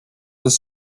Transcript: this